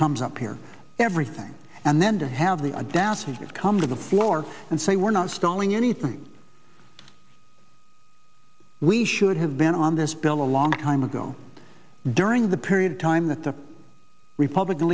comes up here everything and then to have the audacity to have come to the floor and say we're not stalling anything we should have been on this bill a long time ago during the period of time that the republican